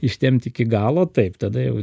ištempti iki galo taip tada jau